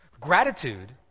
Gratitude